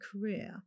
career